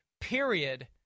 period